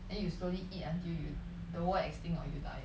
then you slowly eat until you the world extinct or you die